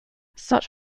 such